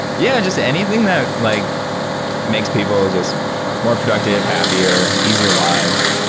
yeah. just anything that like makes people just more productive, happier, easier lives.